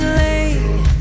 late